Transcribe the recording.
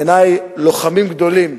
בעיני לוחמים גדולים.